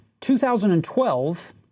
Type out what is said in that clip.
2012